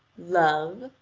love?